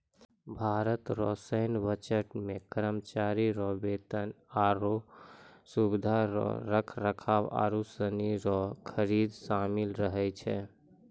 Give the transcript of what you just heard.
भारत रो सैन्य बजट मे करमचारी रो बेतन, आरो सुबिधा रो रख रखाव आरू सनी रो खरीद सामिल रहै छै